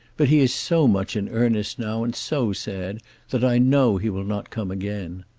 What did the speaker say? but he is so much in earnest now and so sad that i know he will not come again.